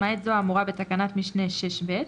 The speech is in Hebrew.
למעט זו האמורה בתקנת משנה 6(ב),